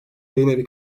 yayınevi